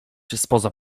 spoza